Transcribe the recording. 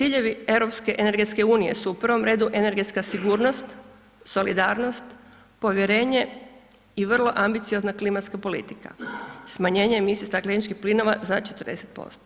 Ciljevi europske energetske unije su u prvom redu energetska sigurnost, solidarnost, povjerenje i vrlo ambiciozna klimatska politika, smanjenje emisije stakleničkih plinova za 40%